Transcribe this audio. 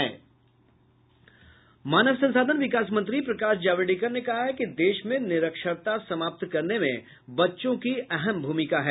मानव संसाधन विकास मंत्री प्रकाश जावड़ेकर ने कहा कि देश में निरक्षरता समाप्त करने में बच्चों की अहम भूमिका है